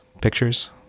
pictures